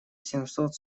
семьсот